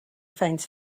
finds